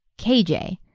KJ